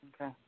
Okay